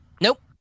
Nope